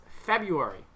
February